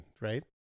right